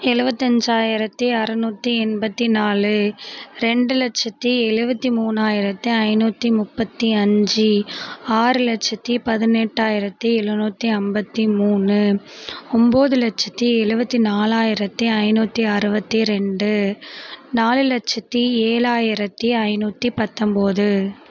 எழுவத்தஞ்சாயரத்தி அறுநூத்தி எண்பத்தி நாலு ரெண்டு லட்சத்தி எழுபத்தி மூணாயிரத்தி ஐந்நூற்றி முப்பத்தி அஞ்சு ஆறு லட்சத்தி பதினெட்டாயிரத்தி எழுநூற்றி ஐம்பத்தி மூணு ஒம்பது லட்சத்தி எழுபத்தி நாலாயிரத்தி ஐந்நூற்றி அறுபத்தி ரெண்டு நாலு லட்சத்தி ஏழாயிரத்தி ஐந்நூற்றி பத்தொம்பது